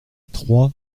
troie